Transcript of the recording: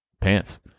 Pants